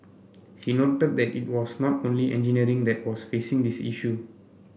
he noted that it was not only engineering that was facing this issue